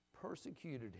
persecuted